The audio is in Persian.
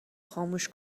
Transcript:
خاموش